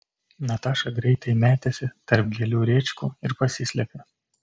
nataša greitai metėsi tarp gėlių rėčkų ir pasislėpė